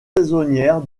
saisonnières